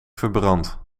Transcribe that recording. verbrand